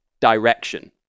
direction